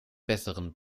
besseren